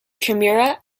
kimura